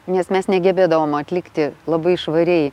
nes mes negebėdavom atlikti labai švariai